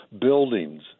buildings